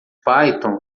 python